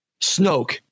Snoke